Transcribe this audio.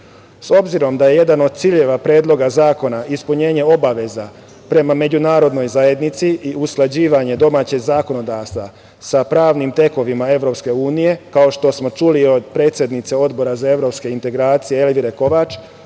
obzirom da je jedan od ciljeva Predloga zakona ispunjenje obaveze prema međunarodnoj zajednici i usklađivanje domaćeg zakonodavstva sa pravnim tekovinama EU, kao što smo čuli od predsednice Odbora za evropske integracije, Elvire Kovač,